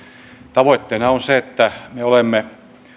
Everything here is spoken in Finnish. tavoitteena on se että me olemme